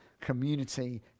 Community